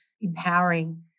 empowering